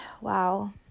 Wow